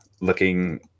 looking